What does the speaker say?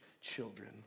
children